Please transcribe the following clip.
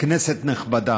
כנסת נכבדה,